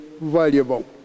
valuable